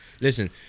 Listen